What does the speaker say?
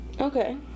Okay